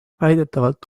väidetavalt